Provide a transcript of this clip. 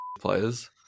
players